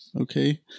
Okay